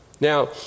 Now